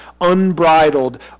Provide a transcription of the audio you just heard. unbridled